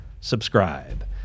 subscribe